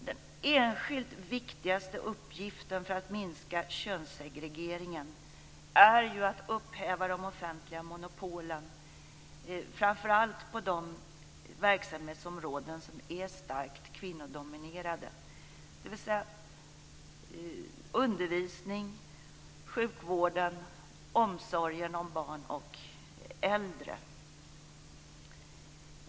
Den enskilt viktigaste uppgiften för att minska könssegregeringen är att upphäva de offentliga monopolen, framför allt på de verksamhetsområden som är starkt kvinnodominerade, dvs. undervisningen, sjukvården och omsorgen om barn och äldre.